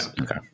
Okay